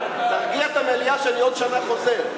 תרגיע את המליאה שאני עוד שנה חוזר.